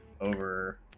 over